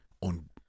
on